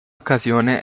occasione